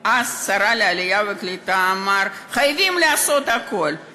אז שרת העלייה והקליטה, אמר: חייבים לעשות הכול.